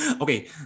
Okay